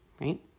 right